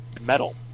Metal